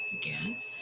Again